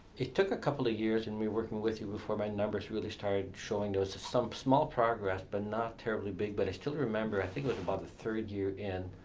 it took a couple of years and me worked with you before my numbers really started showing there was some small progress but not terribly big but i still remember, i think was about third year in,